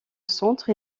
centre